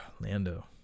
Lando